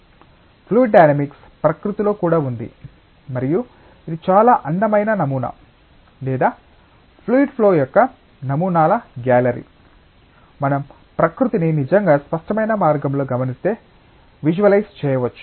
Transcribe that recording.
fluid dynamics ప్రకృతిలో కూడా ఉంది మరియు ఇది చాలా అందమైన నమూనా లేదా ఫ్లూయిడ్ ఫ్లో యొక్క నమూనాల గ్యాలరీ మనం ప్రకృతిని నిజంగా స్పష్టమైన మార్గంలో గమనిస్తే విజువలైజ్ చేయవచ్చు